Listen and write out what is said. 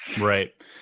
Right